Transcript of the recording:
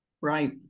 Right